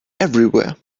everywhere